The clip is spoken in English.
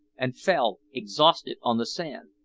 and fell exhausted on the sand.